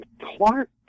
Clark